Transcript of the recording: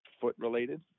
foot-related